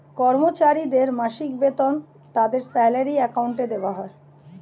কর্মচারীদের মাসিক বেতন তাদের স্যালারি অ্যাকাউন্টে দেওয়া হয়